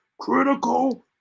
critical